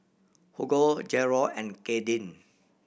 Hugo Jerold and Kadyn